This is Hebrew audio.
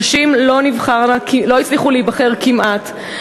נשים לא הצליחו להיבחר כמעט,